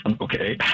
Okay